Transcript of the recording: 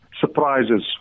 surprises